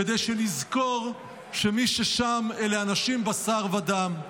כדי שנזכור שמי ששם אלה אנשים בשר ודם,